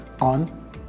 on